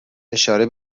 اشاره